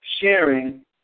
sharing